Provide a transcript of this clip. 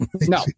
No